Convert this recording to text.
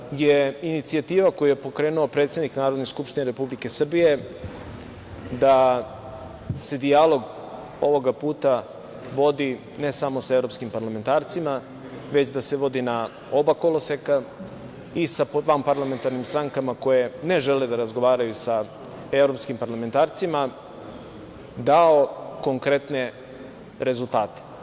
Mislim da je inicijativa koju je pokrenuo predsednik Narodne skupštine Republike Srbije, da se dijalog ovoga puta vodi ne samo sa evropskim parlamentarcima, već da se vodi na oba koloseka i sa vanparlamentarnim strankama koje ne žele da razgovaraju sa evropskim parlamentarcima, dao konkretne rezultate.